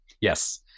yes